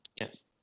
Yes